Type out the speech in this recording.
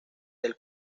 del